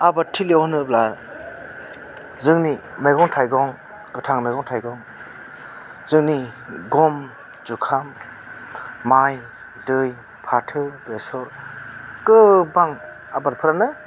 आबाद थिलियाव होनोब्ला जोंनि मैगं थाइगं गोथां मैगं थाइगं जोंनि गम जुखाम माइ दै फाथो बेसर गोबां आबादफ्रानो